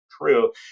true